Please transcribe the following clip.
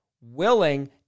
willing